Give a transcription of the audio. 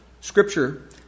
scripture